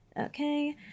okay